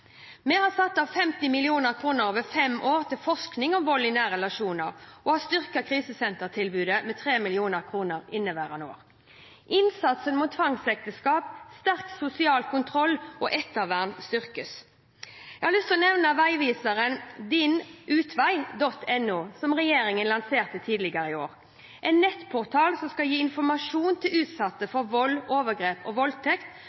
Vi har satt av 50 mill. kr over fem år til forskning om vold i nære relasjoner, og vi har styrket krisesentertilbudet med 3 mill. kr i inneværende år. Innsatsen mot tvangsekteskap, sterk sosial kontroll og ettervern styrkes. Jeg har lyst til å nevne veiviseren dinutvei.no, som regjeringen lanserte tidligere i år. Nettportalen gir informasjon til utsatte for vold, overgrep og voldtekt,